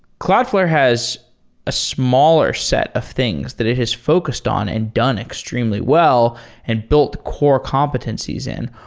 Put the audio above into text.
cloudflare has a smaller set of things that it has focused on and done extremely well and built core competencies in.